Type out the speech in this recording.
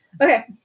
okay